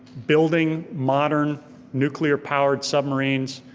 building modern nuclear powered submarines,